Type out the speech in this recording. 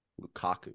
Lukaku